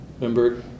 remember